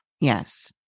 Yes